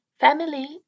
Family